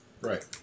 Right